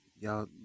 Y'all